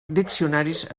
diccionaris